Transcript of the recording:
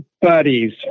buddies